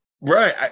Right